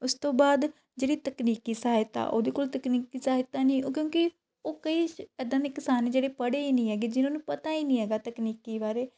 ਉਸ ਤੋਂ ਬਾਅਦ ਜਿਹੜੀ ਤਕਨੀਕੀ ਸਹਾਇਤਾ ਉਹਦੇ ਕੋਲ ਤਕਨੀਕ ਸਹਾਇਤਾ ਨਹੀਂ ਕਿਉਂਕਿ ਉਹ ਕਈ ਇੱਦਾਂ ਦੇ ਕਿਸਾਨ ਜਿਹੜੇ ਪੜ੍ਹੇ ਹੀ ਨਹੀਂ ਹੈਗੇ ਜਿਨਾਂ ਨੂੰ ਪਤਾ ਹੀ ਨਹੀਂ ਹੈਗਾ ਤਕਨੀਕੀ ਬਾਰੇ